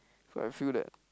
I feel that